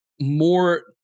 more